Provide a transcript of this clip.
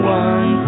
one